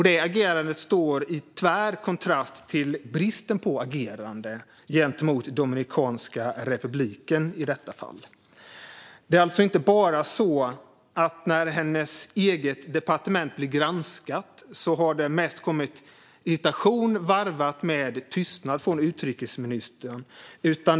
Det agerandet står i tvär kontrast till bristen på agerande gentemot Dominikanska republiken i detta fall. Det är alltså inte bara så att när hennes eget departement blir granskat har det mest kommit irritation varvat med tystnad från utrikesministern.